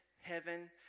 heaven